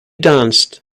danced